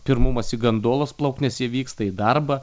pirmumas į gandolos plaukt nes jie vyksta į darbą